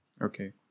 Okay